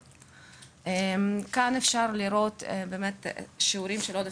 כאן אפשר לראות חלוקה של שיעורי עודף